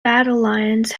battalions